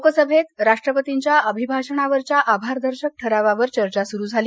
लोकसभेत राष्ट्रपतींच्या अभिभाषणावरच्या आभार दर्शक ठरवावर चर्चा सुरू झाली